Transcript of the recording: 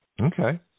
Okay